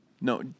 No